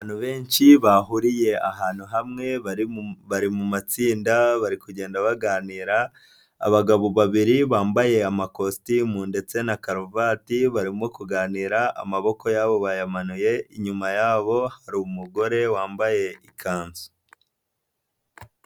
Abantu benshi bahuriye ahantu hamwe bari mu matsinda bari kugenda baganira, abagabo babiri bambaye amakositimu ndetse na karuvati barimo kuganira amaboko yabo bayamanuye, inyuma yabo hari umugore wambaye ikanzu.